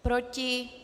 Proti?